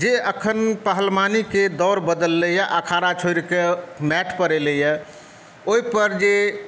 जे एखन पहलवानीक दौर बदललै अइ अखाड़ा छोड़िकऽ मैटपर एलै अइ ओहिपर जे